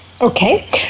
Okay